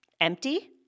empty